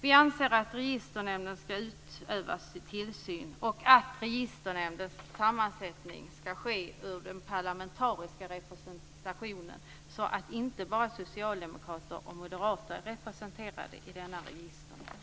Vi anser att Registernämnden skall utöva tillsyn och att det när det gäller Registernämndens sammansättning skall finnas en parlamentarisk representation så att inte bara socialdemokrater och moderater finns representerade i Registernämnden.